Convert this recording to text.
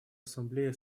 ассамблея